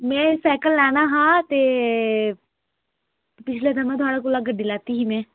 में सैकल लैना हा ते पिछले दिनें में थुआढ़े कोला गड्डी लैती ही में